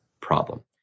problem